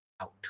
out